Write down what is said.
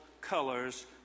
colors